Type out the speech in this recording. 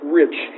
rich